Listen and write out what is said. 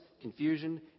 confusion